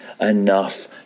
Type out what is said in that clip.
enough